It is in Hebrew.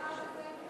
מה רע בזה?